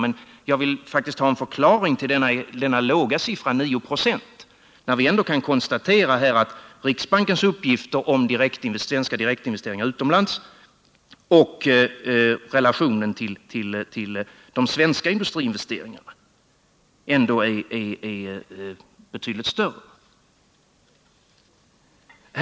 Men jag vill faktiskt ha en förklaring till denna låga siffra, 9 926, när vi ändå kan konstatera att riksbankens uppgifter om svenska direktinvesteringar utomlands och relationerna till de svenska industriinvesteringarna ändå visar betydligt större siffror.